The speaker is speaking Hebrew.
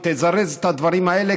תזרז את הדברים האלה,